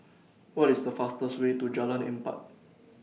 What IS The fastest Way to Jalan Empat